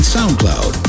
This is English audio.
SoundCloud